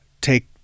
take